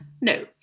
No